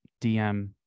DM